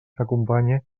acompanye